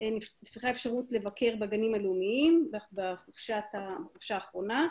נפתחה אפשרות לבקר בגנים הלאומיים בחופשה האחרונה.